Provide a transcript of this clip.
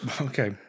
okay